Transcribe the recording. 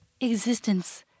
existence